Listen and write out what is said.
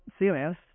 CMS